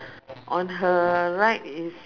on her right is